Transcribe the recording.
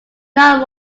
not